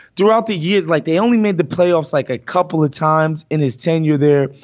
throughout the years, like they only made the playoffs like a couple of times in his tenure there.